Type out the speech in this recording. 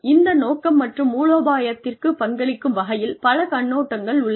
இந்த நோக்கம் மற்றும் மூலோபாயத்திற்கு பங்களிக்கும் வகையில் பல கண்ணோட்டங்கள் உள்ளன